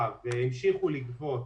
והמשיכו לגבות